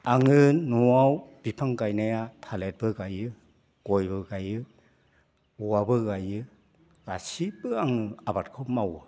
आङो न'आव बिफां गायनाया थालिरबो गायो गयबो गायो औवाबो गायो गासैबो आं आबादखौ मावो